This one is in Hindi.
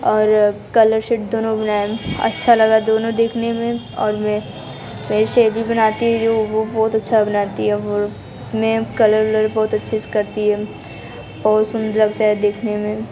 और कलर सेट दोनों बनाए अच्छा लगा दोनों देखने में और मैं वैसे भी बनाती हूँ वो बहुत अच्छा बनाती है वो उसने कलर उलर बहुत अच्छे करती है और सुंदर लगता है देखने में